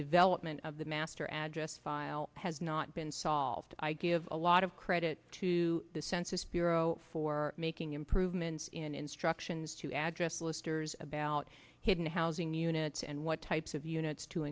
development of the master address file has not been solved i give a lot of credit to the census bureau for making improvements in instructions to address lister's about hidden housing units and what types of units to